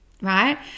right